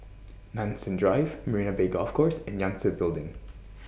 Nanson Drive Marina Bay Golf Course and Yangtze Building